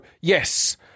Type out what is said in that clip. yes